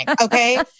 okay